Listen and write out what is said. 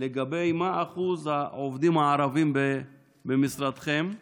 מה אחוז העובדים הערבים במשרדכם,